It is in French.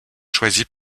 choisies